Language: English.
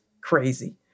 crazy